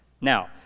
Now